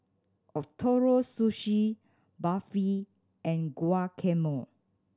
Ootoro Sushi Barfi and Guacamole